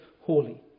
holy